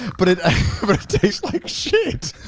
but it tastes like shit.